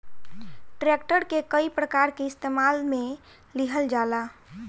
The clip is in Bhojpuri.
ट्रैक्टर के कई प्रकार के इस्तेमाल मे लिहल जाला